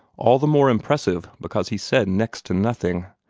all the more impressive because he said next to nothing.